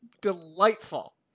delightful